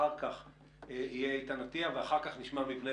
תודה רבה אדוני